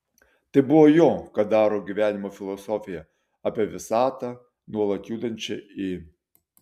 tai buvo jo kadaro gyvenimo filosofija apie visatą nuolat judančią į